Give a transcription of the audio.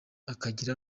akagira